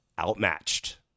outmatched